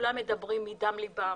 וכולם מדברים מדם ליבם.